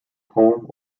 home